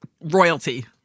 royalty